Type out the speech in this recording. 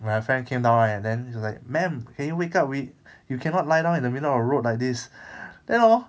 when my friend came down right and then he was like ma'am can you wake up we you cannot lie down in the middle of the road like this then hor